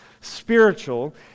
spiritual